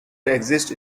exist